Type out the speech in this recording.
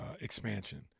expansion